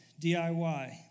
DIY